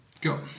Go